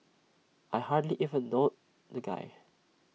I hardly even know the guy